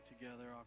together